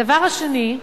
הדבר השני,